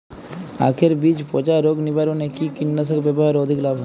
আঁখের বীজ পচা রোগ নিবারণে কি কীটনাশক ব্যবহারে অধিক লাভ হয়?